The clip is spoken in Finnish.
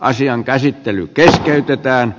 asian käsittely keskeytetään